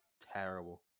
terrible